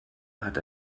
hat